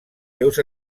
seus